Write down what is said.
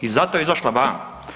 I zato je izašla van.